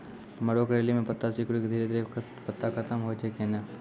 मरो करैली म पत्ता सिकुड़ी के धीरे धीरे पत्ता खत्म होय छै कैनै?